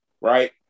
right